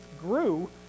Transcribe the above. grew